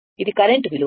ఇది కరెంట్ విలువ